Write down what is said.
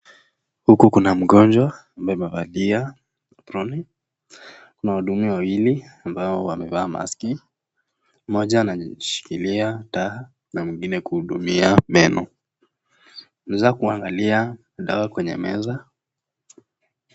Huku kuna mgonjwa ambaye amevalia aproni, wahudumu wawili ambao wamevaa maski. Mmoja anashikilia taa na mwingine kuhudumia meno. Unaweza kuangalia dawa kwenye meza.